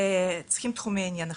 צריכים תחומי עניין אחרים: